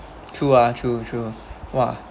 true lah true true !wah!